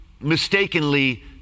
mistakenly